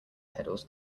pedals